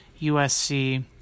USC